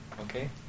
Okay